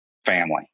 Family